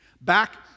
back